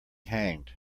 hanged